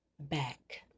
back